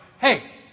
hey